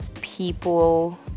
people